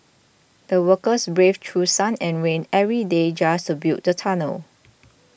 the workers braved through sun and rain every day just to build the tunnel